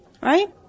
Right